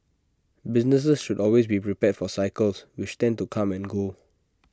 businesses should always be prepared for cycles which tend to come and go